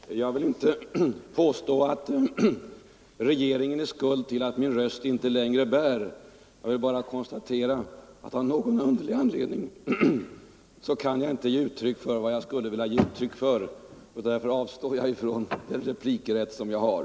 Herr talman! Jag vill inte påstå att regeringen är skuld till att min röst inte längre bär. Jag konstaterar bara att av någon underlig anledning kan jag inte ge uttryck för vad jag skulle vilja ge uttryck för, och därför avstår jag från att utnyttja den replikrätt som jag har.